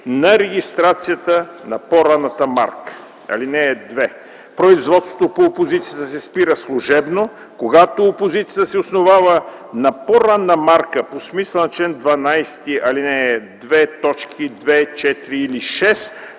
на регистрацията на по-ранната марка. (2) Производството по опозицията се спира служебно, когато опозицията се основава на по-ранна марка по смисъла на чл. 12, ал. 2,